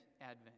advent